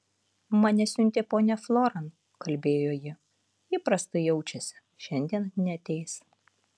mane siuntė ponia floran kalbėjo ji ji prastai jaučiasi šiandien neateis